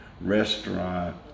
restaurant